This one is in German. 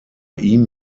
ihm